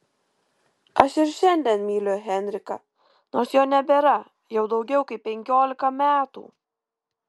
aš ir šiandien myliu henriką nors jo nebėra jau daugiau kaip penkiolika metų